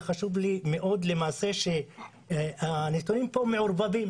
וחשוב לי מאוד לומר שהנתונים מעורבבים